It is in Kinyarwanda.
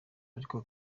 ariko